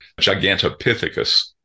Gigantopithecus